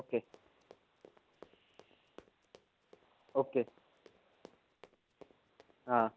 okay okay हाँ